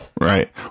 Right